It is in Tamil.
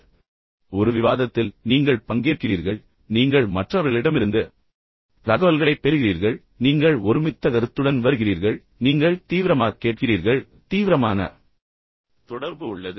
எனவே ஒரு விவாதத்தில் நீங்கள் பங்கேற்கிறீர்கள் நீங்கள் மற்றவர்களிடமிருந்து தகவல்களைப் பெறுகிறீர்கள் பின்னர் நீங்கள் ஒருமித்த கருத்துடன் வருகிறீர்கள் நீங்கள் தீவிரமாக கேட்கிறீர்கள் பின்னர் தீவிரமான தொடர்பு உள்ளது